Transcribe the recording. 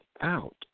out